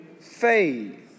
faith